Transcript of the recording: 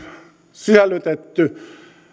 sisällytetty